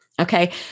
Okay